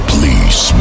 Please